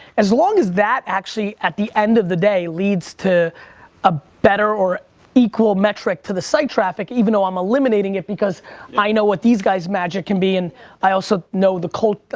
as long as that actually, at the end of the day, leads to a better or equal metric to the site traffic, even though i'm eliminating it because i know what these guys' magic can be. and i also know the cult,